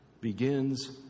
begins